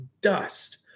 dust